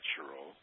natural